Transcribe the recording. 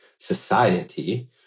society